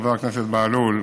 חבר הכנסת בהלול,